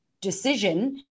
decision